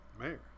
Mayor